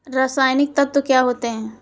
रसायनिक तत्व क्या होते हैं?